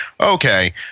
okay